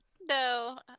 No